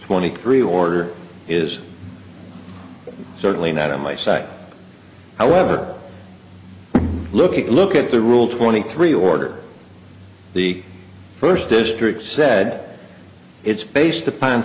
twenty three order is certainly not on my side i will have a look at look at the rule twenty three order the first district said it's based upon